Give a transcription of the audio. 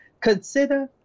Consider